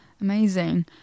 amazing